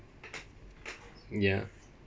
ya